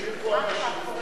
יושבים פה אנשים.